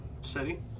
city